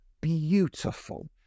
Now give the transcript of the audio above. beautiful